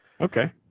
Okay